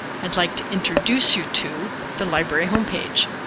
i'd like to introduce you to the library homepage.